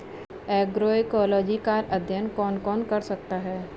Agroecology का अध्ययन कौन कौन कर सकता है?